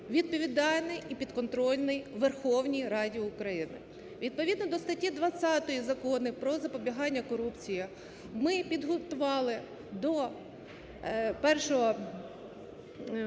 відповідальний і підконтрольний Верховній Раді України. Відповідно до статті 20 Закону про запобігання корупції, ми підготували до 1 квітня